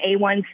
A1C